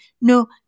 no